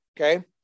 Okay